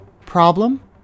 Problem